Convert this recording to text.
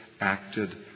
acted